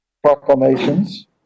proclamations